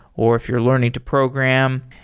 or if you're learning to program,